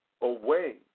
away